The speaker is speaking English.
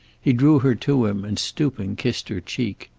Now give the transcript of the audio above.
he drew her to him and stooping, kissed her cheek.